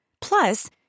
Plus